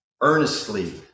Earnestly